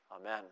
amen